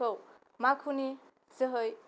खौ माखुनि सोहै